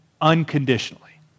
unconditionally